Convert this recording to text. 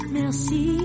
merci